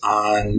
on